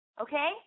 Okay